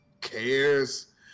Cares